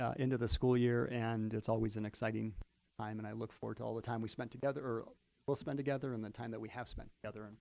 ah into the school year. and it's always an exciting time and i look forward to all the time we spend together or will will spend together and the time that we have spent together. and